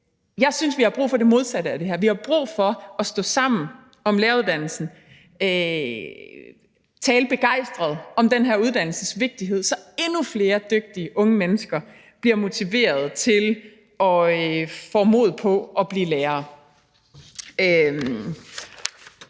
Jeg synes, vi har brug for det modsatte af det her. Vi har brug for at stå sammen om læreruddannelsen og tale begejstret om den her uddannelses vigtighed, så endnu flere dygtige unge mennesker bliver motiveret til og får mod på at blive lærere.